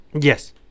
Yes